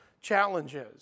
challenges